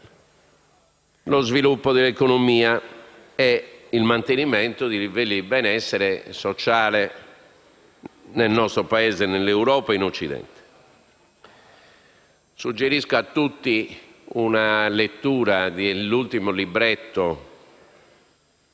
lo sviluppo dell'economia e il mantenimento di livelli di benessere sociale nel nostro Paese, in Europa e in Occidente. Suggerisco a tutti la lettura dell'ultimo libretto